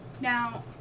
now